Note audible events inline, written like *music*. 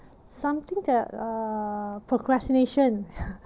something that uh procrastination *laughs*